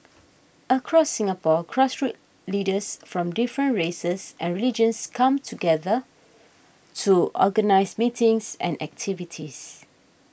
across Singapore grassroots leaders from different races and religions come together to organise meetings and activities